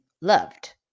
loved